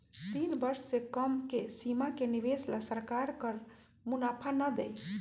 तीन वर्ष से कम के सीमा के निवेश ला सरकार कर मुनाफा ना देई